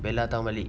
bella datang balik